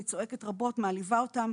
היא צועקת רבות, מעליבה אותם,